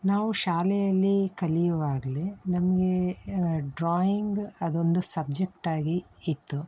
ನಾವು ಶಾಲೆಯಲ್ಲಿ ಕಲಿಯುವಾಗಲೇ ನಮಗೆ ಡ್ರಾಯಿಂಗ ಅದೊಂದು ಸಬ್ಜೆಕ್ಟ್ ಆಗಿ ಇತ್ತು